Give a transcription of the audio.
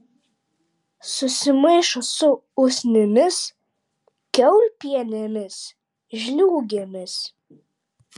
susimaišo su usnimis kiaulpienėmis žliūgėmis